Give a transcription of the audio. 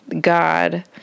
God